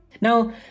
Now